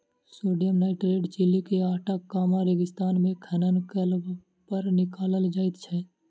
sodium nitrate Chile के Atacama रेगिस्तान मे खनन कयलापर निकालल जाइत छै